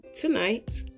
tonight